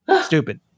Stupid